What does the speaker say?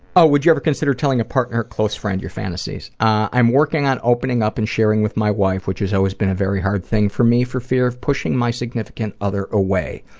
oh, would you ever consider telling a partner or close friend your fantasies? i'm working on opening up and sharing with my wife, which has always been a very hard thing for me, for fear of pushing my significant other away.